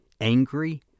angry